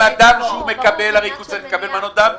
מנות הדם,